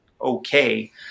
Okay